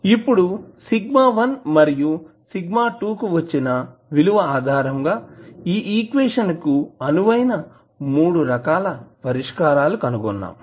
ఇప్పుడు σ1 మరియు σ2 కు వచ్చిన విలువ ఆధారంగా ఈ ఈక్వేషన్ కి అనువైన మూడు రకాల పరిష్కారాలు కనుగొన్నాము